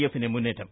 F മുന്നേറ്റം